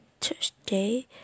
Thursday